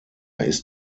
ist